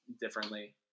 differently